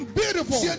beautiful